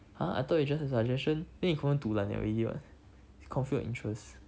!huh! I thought it's just a suggestion then you confirm du lan already [what] conflict of interest